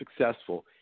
successful